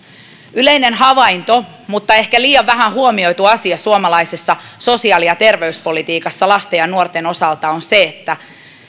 yleinen havainto mutta ehkä liian vähän huomioitu asia suomalaisessa sosiaali ja terveyspolitiikassa lasten ja nuorten osalta on se että